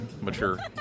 mature